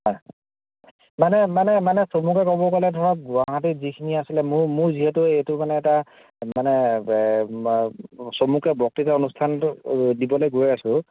হয় ইয়াতে মানে মানে চমুকৈ ক'ব গ'লে ধৰক গুৱাহাটীত যিখিনি আছিলে মোৰ মোৰ যিহেতু এইটো মানে এটা মানে চমুকৈ বক্তৃতা অনুষ্ঠানটো দিবলৈ গৈ আছোঁ